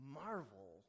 marvel